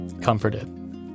Comforted